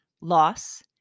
loss